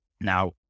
Now